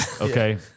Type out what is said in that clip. Okay